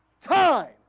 time